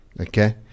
okay